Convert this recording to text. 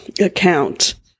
account